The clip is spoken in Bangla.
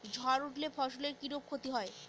ঝড় উঠলে ফসলের কিরূপ ক্ষতি হয়?